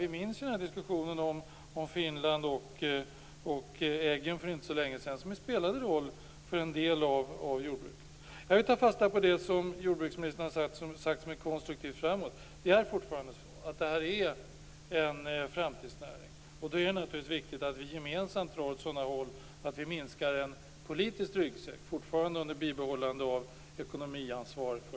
Vi minns ju diskussionen om Finland och äggen för inte så länge sedan som spelade roll för en del av jordbruket. Jag vill ta fasta på det som jordbruksministern har sagt och som är konstruktivt för framtiden. Det är fortfarande så att detta är en framtidsnäring. Då är det naturligtvis viktigt att vi gemensamt drar åt ett sådant håll att vi minskar den politiska ryggsäcken, fortfarande under bibehållande av ekonomiskt ansvar för